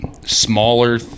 smaller